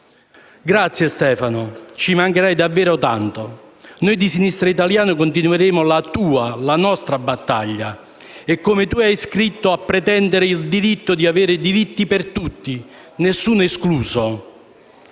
Grazie Stefano, ci mancherai davvero tanto. Noi di Sinistra Italiana continueremo la tua, la nostra battaglia e, come tu hai scritto, continueremo a pretendere il diritto di avere diritti per tutti, nessuno escluso.